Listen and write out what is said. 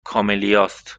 کاملیاست